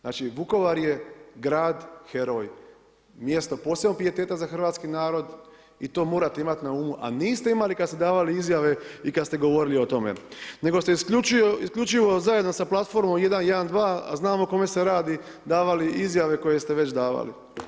Znači Vukovar je grad heroj, mjesto posebnog pijeteta za hrvatski narod i to morate na umu a niste imali kad ste davali izjave i kad ste govorili o tome nego ste isključivo zajedno sa Platformom 112 a znamo o kome se radi, davali izjave koje ste već davali.